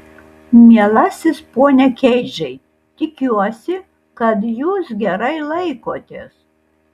mielasis pone keidžai tikiuosi kad jūs gerai laikotės